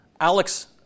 Alex